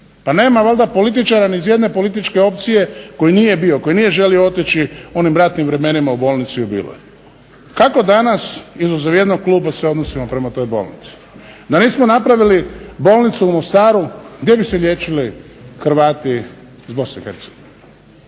Pa nema valjda političara ni iz jedne političke opcije koji nije bio, koji nije želi otići u onim ratnim vremenima u bolnicu i …/Ne razumije se./… Kako danas, izuzev jednog kluba, se odnosimo prema toj bolnici. Da nismo napravili bolnicu u Mostaru gdje bi se liječili Hrvati iz Bosne i Hercegovine.